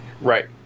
right